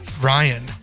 Ryan